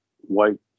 white